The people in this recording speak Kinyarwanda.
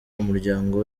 umuryango